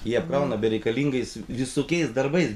jie apkrauna bereikalingais visokiais darbai